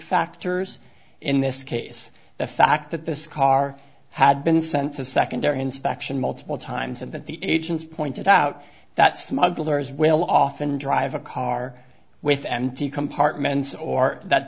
factors in this case the fact that this car had been sent to secondary inspection multiple times and that the agents pointed out that smugglers will often drive a car with empty compartments or that